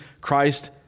Christ